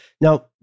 Now